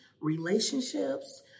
relationships